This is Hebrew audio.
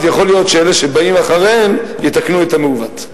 אז יכול להיות שאלה שבאים אחריהם יתקנו את המעוות.